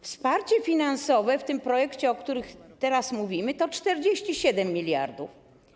Wsparcie finansowe w tym projekcie, o którym teraz mówimy, to 47 mld.